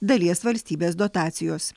dalies valstybės dotacijos